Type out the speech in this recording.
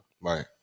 Right